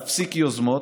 להפסיק יוזמות,